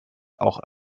auch